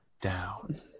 down